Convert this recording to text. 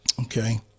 Okay